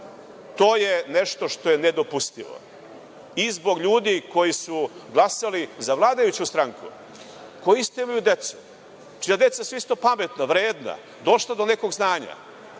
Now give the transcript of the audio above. To je nešto što je nedopustivo i zbog ljudi koji su glasali za vladajuću stranku, koji isto imaju decu, čija deca su isto pametna, vredna, došla do nekog znanja,